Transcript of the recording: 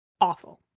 Awful